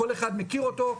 כל אחד מכיר אותו,